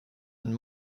and